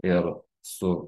ir su